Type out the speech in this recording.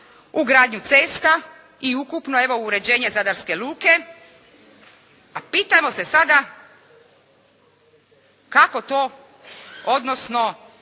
gradnju cesta i ukupno evo uređenje zadarske luke, a pitamo se sada kako to, odnosno